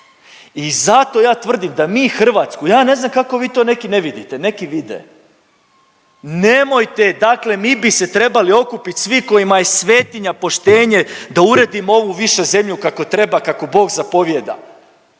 i zato ja tvrdim, da mi Hrvatsku, ja ne znam kako vi to neki vidite, neki vide. Nemojte, dakle mi bi se trebali okupiti svi kojima je svetinja, poštenje da uredimo ovu više zemlju kako treba, kako Bog zapovijeda!